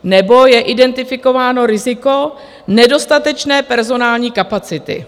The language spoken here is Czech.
Nebo je identifikováno riziko nedostatečné personální kapacity.